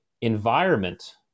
environment